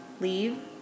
leave